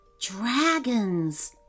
Dragons